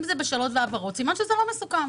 אם זה בשאלות והבהרות סימן שזה לא מסוכם.